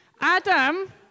Adam